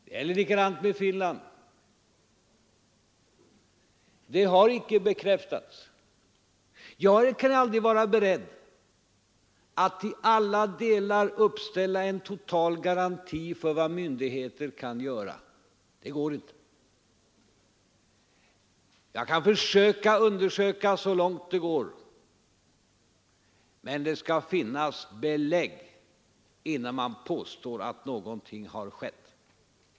Det är likadant i fråga om Finland — påståendena har icke bekräftats. Jag har ingen möjlighet att i alla delar uppställa en total garanti för vad myndigheter kan göra. Det går inte. Jag kan undersöka sakerna så långt det är möjligt. Men det skall finnas belägg innan man påstår att någonting har skett.